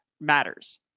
matters